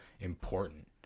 important